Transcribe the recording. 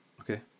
okay